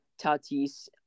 Tatis